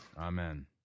Amen